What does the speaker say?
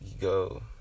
go